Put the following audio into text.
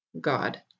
God